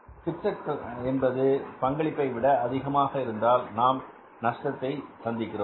fixed cost என்பது பங்களிப்பை விட அதிகமாக இருந்தால் நாம் நஷ்டத்தை சந்திக்கிறோம்